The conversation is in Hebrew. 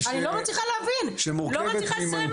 אני לא מצליחה להבין, לא מצליחה לסיים משפט.